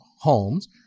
homes